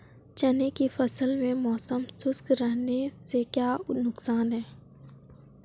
चने की फसल में मौसम शुष्क रहने से क्या नुकसान है?